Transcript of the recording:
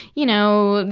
you know,